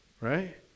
right